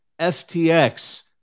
FTX